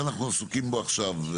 השאלה מה אני הייתי עושה אם הייתי יושב